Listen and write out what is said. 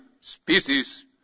species